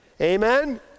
Amen